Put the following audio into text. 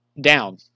down